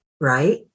right